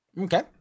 Okay